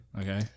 Okay